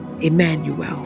Emmanuel